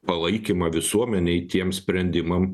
palaikymą visuomenėj tiem sprendimam